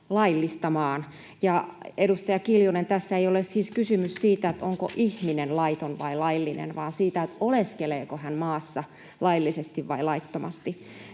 laillistamaan. Ja edustaja Kiljunen, tässä ei ole siis kysymys siitä, onko ihminen laiton vai laillinen, vaan siitä, oleskeleeko hän maassa laillisesti vai laittomasti.